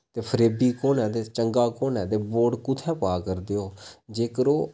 ते फरेबी कु'न ऐ ते चंगा कु'न ऐ ते वोट कुत्थैं पा करदे ओ जेकर ओह्